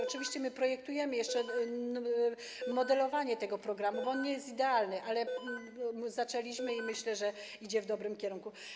Oczywiście my projektujemy jeszcze modelowanie tego programu, bo on nie jest idealny, ale zaczęliśmy to i myślę, że idzie to w dobrym kierunku.